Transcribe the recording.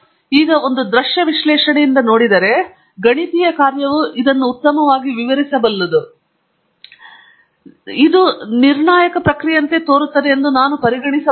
ಈಗ ಒಂದು ದೃಶ್ಯ ವಿಶ್ಲೇಷಣೆಯಿಂದ ನೋಡಿದರೆ ಗಣಿತೀಯ ಕಾರ್ಯವು ಇದನ್ನು ಉತ್ತಮವಾಗಿ ವಿವರಿಸಬಲ್ಲದು ಎಂದು ನಾನು ನೋಡಿದರೆ ನಿರ್ಣಾಯಕ ಪ್ರಕ್ರಿಯೆಯಂತೆ ನಾನು ಇದನ್ನು ಪರಿಗಣಿಸಬಲ್ಲೆ